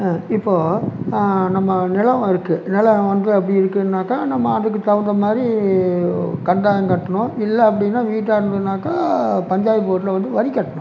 இப்போ நம்ம நிலம் இருக்கு நிலம் வந்து அப்படியே இருக்குன்னாக்கா நம்ம அதுக்கு தகுந்த மாதிரி கண்டாயம் கட்டணும் இல்லை அப்படின்னா வீட்டை அனுப்புனாக்கா பஞ்சாயத்து போர்ட்டில் வந்து வரி கட்டணும்